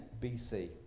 BC